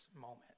moment